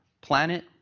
planet